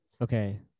Okay